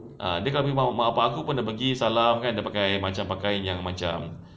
ah dia kalau meet mak bapak aku pun dia pergi salam kan dia pakai macam pakai yang macam